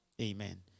amen